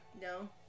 No